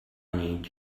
need